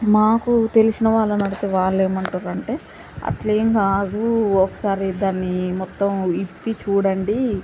మాకు తెలిసిన వాళ్ళని అడిగితే వాళ్ళు ఏమంటున్నారు అంటే అట్లేం కాదు ఒకసారి దాన్ని మొత్తం విప్పి చూడండి